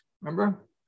Remember